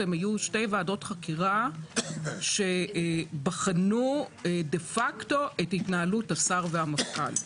הן היו שתי ועדות חקירה שבחנו דה-פאקטו את התנהלות השר והמפכ"ל.